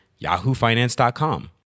yahoofinance.com